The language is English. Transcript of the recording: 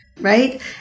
right